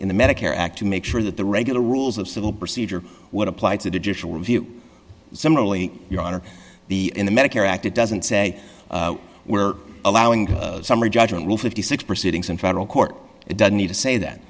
in the medicare act to make sure that the regular rules of civil procedure would apply to digital review similarly your honor the in the medicare act it doesn't say where allowing the summary judgment will fifty six proceedings in federal court it doesn't need to say that